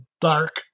dark